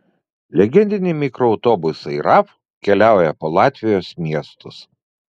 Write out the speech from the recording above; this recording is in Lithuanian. legendiniai mikroautobusai raf keliauja po latvijos miestus